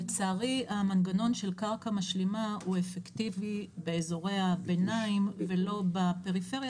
לצערי המנגנון של קרקע משלימה הוא אפקטיבי באזורי הביניים ולא בפריפריה,